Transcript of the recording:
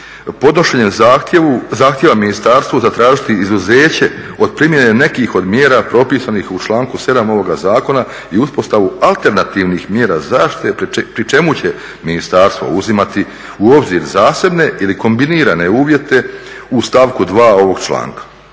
podnošenjem zahtjeva ministarstvu zatražiti izuzeće od primjene nekih od mjera propisanih u članku 7. ovoga zakona i uspostavu alternativnih mjera zaštite, pri čemu će Ministarstvo uzimati u obzir zasebne ili kombinirane uvjete u stavku 2. ovog članka.